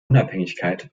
unabhängigkeit